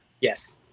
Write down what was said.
Yes